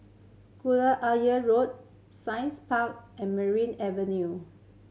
Ayer Road Science Park and Merryn Avenue